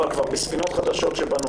אבל בספינות חדשות שבנו